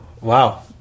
Wow